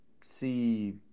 see